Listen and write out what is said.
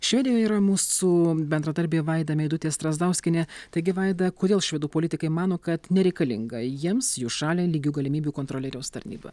švedijoje yra mūsų bendradarbė vaida meidutė strazdauskienė taigi vaida kodėl švedų politikai mano kad nereikalinga jiems jų šaliai lygių galimybių kontrolieriaus tarnyba